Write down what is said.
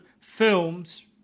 films